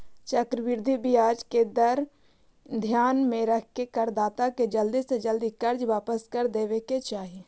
चक्रवृद्धि ब्याज दर के ध्यान में रखके करदाता के जल्दी से जल्दी कर्ज वापस कर देवे के चाही